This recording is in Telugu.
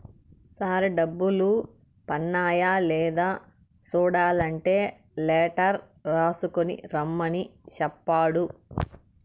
సార్ డబ్బులు పన్నాయ లేదా సూడలంటే లెటర్ రాసుకు రమ్మని సెప్పాడు